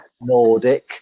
Nordic